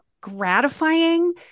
gratifying